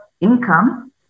income